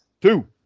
Two